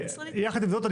יחד עם זאת,